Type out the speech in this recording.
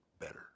better